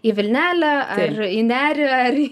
į vilnelę ar į nerį ar į